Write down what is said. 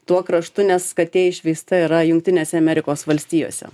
tuo kraštu nes katė išvysta yra jungtinėse amerikos valstijose